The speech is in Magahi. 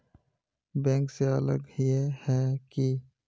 बैंक से अलग हिये है की?